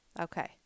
Okay